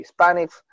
Hispanics